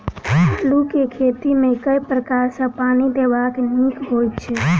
आलु केँ खेत मे केँ प्रकार सँ पानि देबाक नीक होइ छै?